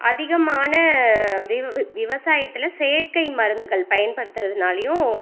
அதிகமான விவ விவசாயத்தில் செயற்கை மருந்துகள் பயன்படுத்துகிறதுனாலியும்